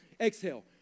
Exhale